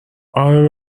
اره